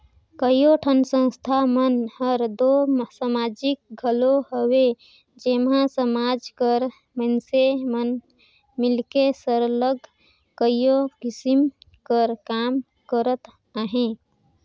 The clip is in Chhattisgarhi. कइयो ठन संस्था मन हर दो समाजिक घलो हवे जेम्हां समाज कर मइनसे मन मिलके सरलग कइयो किसिम कर काम करत अहें